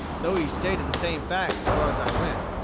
though he stated the same facts as far as i went.